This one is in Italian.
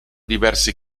diverse